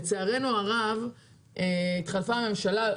לצערנו הרב התחלפה הממשלה,